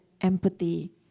empathy